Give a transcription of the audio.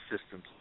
systems